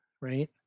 right